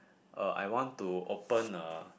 uh I want to open a